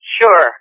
Sure